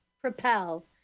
propel